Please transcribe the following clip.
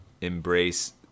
embrace